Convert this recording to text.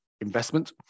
investment